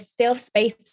self-space